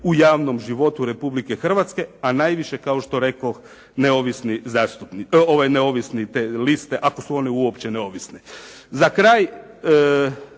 u javnom životu Republike Hrvatske, a najviše kao što rekoh neovisne liste ako su one uopće neovisne. Za kraj